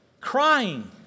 Crying